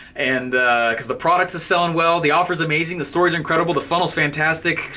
and cause the product is selling well, the offer's amazing, the story's incredible, the funnel's fantastic.